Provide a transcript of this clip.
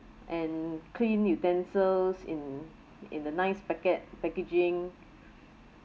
and clean utensils in in the nice packet packaging